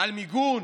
על מיגון,